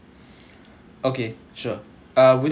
okay sure uh would it be